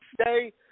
Stay